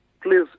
please